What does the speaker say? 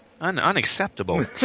Unacceptable